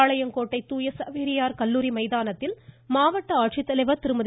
பாளையங்கோட்டை தூய சவேரியார் கல்லூரி மைதானத்தில் மாவட்ட ஆட்சித்தலைவர் திருமதி